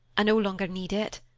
i no longer need it.